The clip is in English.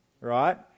right